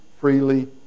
freely